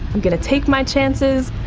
i'm going to take my chances,